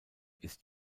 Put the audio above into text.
ist